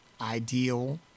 ideal